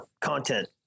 content